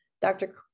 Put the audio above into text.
Dr